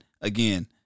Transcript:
again